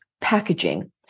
packaging